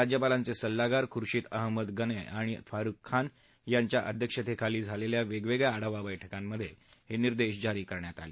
राज्यपालांचे सल्लागार खुर्शीद अहमद गनै आणि फारुख खान यांच्या अध्यक्षतेखाली झालेल्या वेगवेगळ्या आढावा बैठकांमधे हे निर्देश जारी करण्यात आले